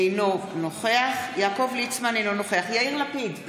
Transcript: אינו נוכח יעקב ליצמן, אינו נוכח יאיר לפיד,